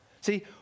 See